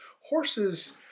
Horses